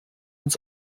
uns